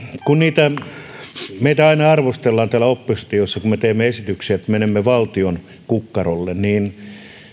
kun meitä aina arvostellaan täällä oppositiossa kun me teemme esityksiä että menemme valtion kukkarolle niin